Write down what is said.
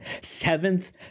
seventh